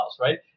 right